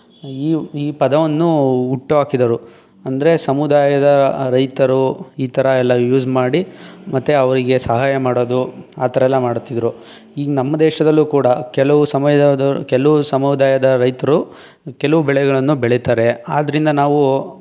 ಈ ಈ ಪದವನ್ನು ಹುಟ್ಟು ಹಾಕಿದರು ಅಂದರೆ ಸಮುದಾಯದ ರೈತರು ಈ ಥರ ಎಲ್ಲ ಯೂಸ್ ಮಾಡಿ ಮತ್ತೆ ಅವರಿಗೆ ಸಹಾಯ ಮಾಡೋದು ಆ ಥರ ಎಲ್ಲ ಮಾಡುತ್ತಿದ್ದರು ಈಗ ನಮ್ಮ ದೇಶದಲ್ಲೂ ಕೂಡ ಕೆಲವು ಸಮಯದ ಕೆಲವು ಸಮುದಾಯದ ರೈತರು ಕೆಲವು ಬೆಳೆಗಳನ್ನು ಬೆಳಿತಾರೆ ಆದ್ದರಿಂದ ನಾವು